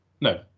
No